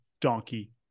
donkey